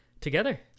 together